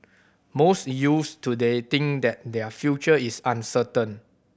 most youths today think that their future is uncertain